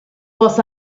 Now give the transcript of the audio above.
was